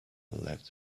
left